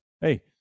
Hey